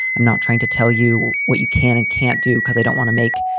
i'm not trying to tell you what you can and can't do because i don't want to make,